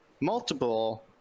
multiple